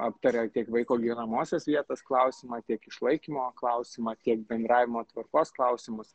aptaria tiek vaiko gyvenamosios vietos klausimą tiek išlaikymo klausimą tiek bendravimo tvarkos klausimus